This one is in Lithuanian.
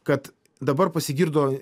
kad dabar pasigirdo